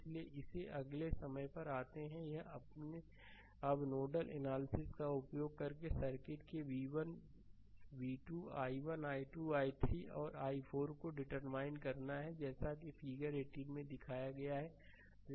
इसलिएइस अगले समस्या पर आते है यह अब नोडल एनालिसिस का उपयोग करके सर्किट के v1 v2 i1 i2 i3 और i4 को डिटरमाइन करना है जैसा कि फिगर 18 में दिखाया गया है